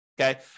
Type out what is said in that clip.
okay